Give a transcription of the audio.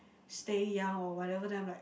stay young or whatever then I'm like